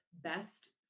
best